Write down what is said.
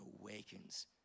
awakens